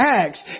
acts